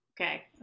Okay